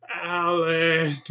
Alan